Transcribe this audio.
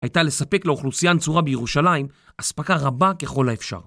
הייתה לספק לאוכלוסייה נצורה בירושלים אספקה רבה ככל האפשר.